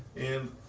in